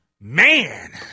Man